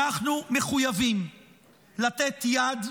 אנחנו מחויבים לתת יד,